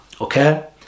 Okay